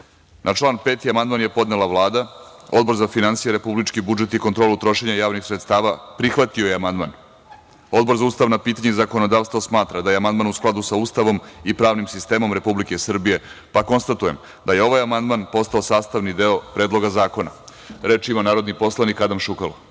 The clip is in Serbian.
član 3. amandman je podnela Vlada. Odbor za finansije, republički budžet i kontrolu trošenja javnih sredstava prihvatio je amandman. Odbor za ustavna pitanja i zakonodavstvo smatra da je amandman u skladu sa Ustavom i pravnim sistemom Republike Srbije, pa konstatujem da je ovaj amandman postao sastavni deo Predloga zakona. Reč ima narodni poslanik